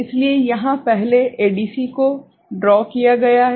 इसलिए यहां पहले एडीसी को ड्रॉ किया गया है